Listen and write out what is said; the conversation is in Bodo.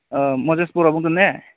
अ महेस बर'आ बुंदों ना